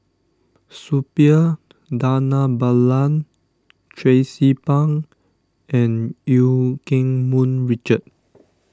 Suppiah Dhanabalan Tracie Pang and Eu Keng Mun Richard